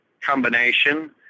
combination